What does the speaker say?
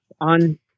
on